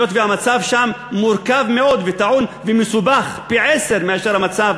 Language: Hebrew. היות שהמצב שם מורכב מאוד וטעון ומסובך פי-עשרה מאשר המצב